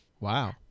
Wow